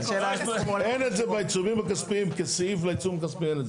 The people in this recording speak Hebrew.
אין את זה בעיצומים הכספיים כסעיף לעיצום הכספי.